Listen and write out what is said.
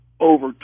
over